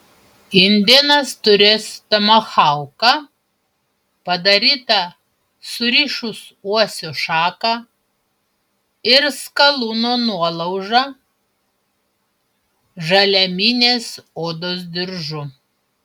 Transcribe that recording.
indėnas turės tomahauką padarytą surišus uosio šaką ir skalūno nuolaužą žaliaminės odos diržu